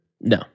No